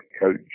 coach